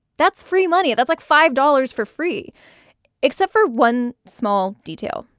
that's free money. that's like five dollars for free except for one small detail.